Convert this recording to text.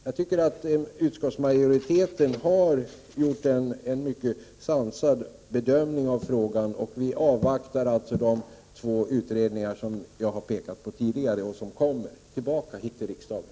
Jag tycker att utskottsmajoriteten har gjort en mycket sansad bedömning av frågan, och vi avvaktar alltså de två utredningar som jag har pekat på tidigare och som kommer tillbaka hit till riksdagen.